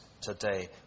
today